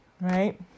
Right